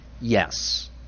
Yes